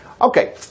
Okay